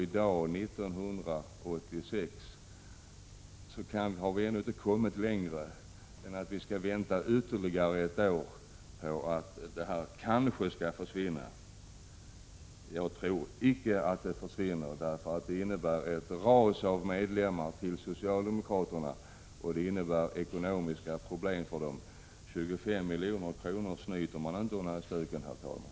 I dag, 1986, har vi ännu inte kommit längre än att vi skall vänta ytterligare ett år på att den kanske skall försvinna. Jag tror icke att kollektivanslutningen tas bort, därför att det skulle innebära ett medlemsras och ekonomiska problem för socialdemokraterna. 25 milj.kr. snyter man inte ur näsan, herr talman!